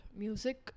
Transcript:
music